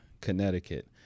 Connecticut